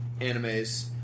animes